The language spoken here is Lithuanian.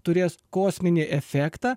turės kosminį efektą